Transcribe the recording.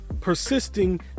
persisting